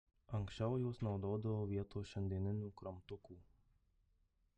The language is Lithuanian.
anksčiau juos naudodavo vietoj šiandienių kramtukų